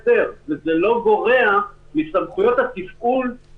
להסדרים, כי כל היתר לא קשור לפן התפעולי.